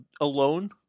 alone